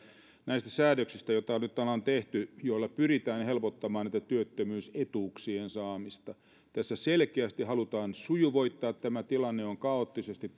näistä säädöksistä joita nyt ollaan tehty ja joilla pyritään helpottamaan näiden työttömyysetuuksien saamista tässä selkeästi halutaan sujuvoittaa tätä tämä tilanne on kaoottisesti